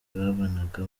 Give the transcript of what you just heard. babanaga